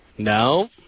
No